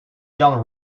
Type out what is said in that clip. john